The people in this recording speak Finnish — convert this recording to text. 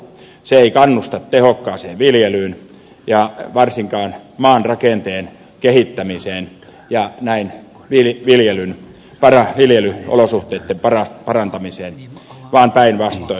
se ei kannusta tehokkaaseen viljelyyn eikä varsinkaan maan rakenteen kehittämiseen ja näin viljelyolosuhteitten parantamiseen vaan päinvastoin